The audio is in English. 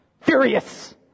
Furious